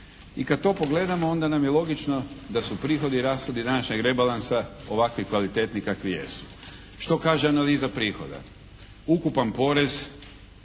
I kad to pogledamo onda nam je logično da su prihodi i rashodi današnjeg rebalansa ovakvi kvalitetni kakvi jesu. Što kaže analiza prihoda? Ukupan porez